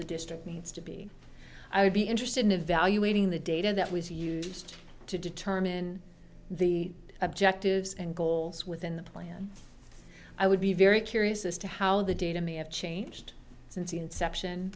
the district needs to be i would be interested in evaluating the data that was used to determine the objectives and goals within the plan i would be very curious as to how the data may have changed since the inception